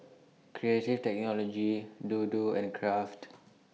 Creative Technology Dodo and Kraft